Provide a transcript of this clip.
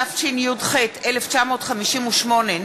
התשי"ח 1958 ,